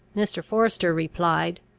mr. forester replied,